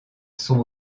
sont